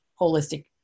holistic